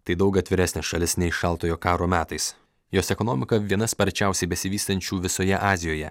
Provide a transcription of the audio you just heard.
tai daug atviresnė šalis nei šaltojo karo metais jos ekonomika viena sparčiausiai besivystančių visoje azijoje